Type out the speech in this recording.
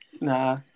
Nah